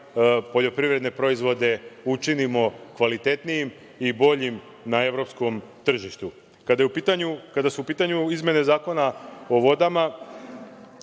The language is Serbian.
poljoprivredne proizvode učinimo kvalitetnijim i boljim na evropskom tržištu. Kada su u pitanju izmene Zakona o vodama,